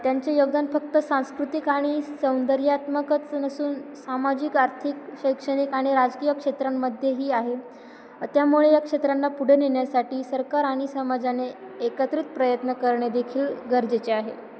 त्यांचे योगदान फक्त सांस्कृतिक आणि सौंदर्यात्मकच नसून सामाजिक आर्थिक शैक्षणिक आणि राजकीय क्षेत्रांमध्येही आहे त्यामुळे या क्षेत्रांना पुढे नेण्यासाठी सरकार आणि समाजाने एकत्रित प्रयत्न करणे देखील गरजेचे आहे